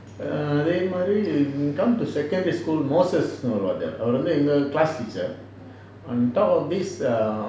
err அதே மாரி:athae maari come to secondary school moses ன்டு ஒரு வாத்தியாரு அவரு வந்து எங்க:ndu oru vathiyaru avaru vanthu enga class teacher on top of this err